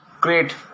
great